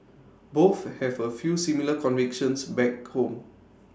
both have A few similar convictions back home